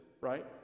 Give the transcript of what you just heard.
right